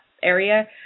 area